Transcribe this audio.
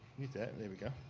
mute that. and there we go.